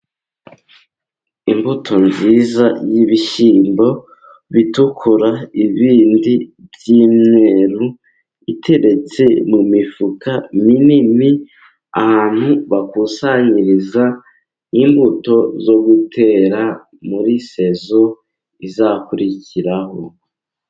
Imbuto nziza y'ibishyimbo bitukura, ibindi by'umweru, iteretse mu mifuka minini, ahantu bakusanyiriza imbuto zo gutera muri sezo izakurikiraho.